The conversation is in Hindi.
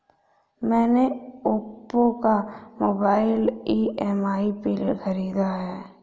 मैने ओप्पो का मोबाइल ई.एम.आई पे खरीदा है